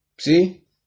See